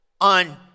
on